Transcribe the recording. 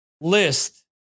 list